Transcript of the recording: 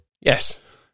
Yes